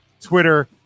Twitter